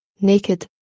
Naked